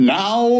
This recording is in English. now